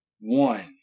One